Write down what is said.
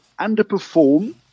underperform